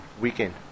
weekend